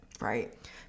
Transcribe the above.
Right